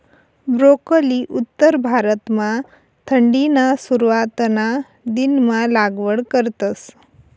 broccoli उत्तर भारतमा थंडीना सुरवातना दिनमा लागवड करतस